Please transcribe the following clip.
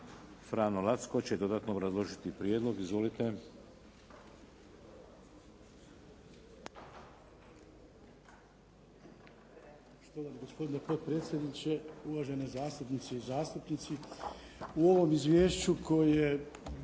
FranJo Lacko će dodatno obrazložiti prijedlog. Izvolite.